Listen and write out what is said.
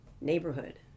neighborhood